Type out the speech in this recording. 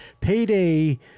Payday